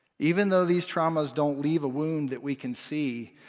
even though these traumas don't leave a wound that we can see,